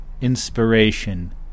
inspiration